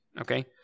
okay